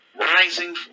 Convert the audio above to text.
rising